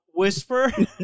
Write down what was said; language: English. whisper